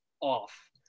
off